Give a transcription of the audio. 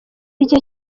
igihe